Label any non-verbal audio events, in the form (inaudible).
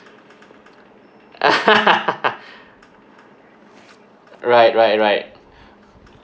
(laughs) right right right